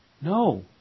No